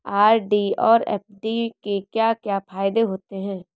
RD और FD के क्या क्या फायदे होते हैं?